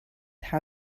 how